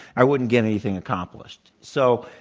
i wouldn't get anything accomplished. so,